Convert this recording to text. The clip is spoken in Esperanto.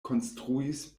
konstruis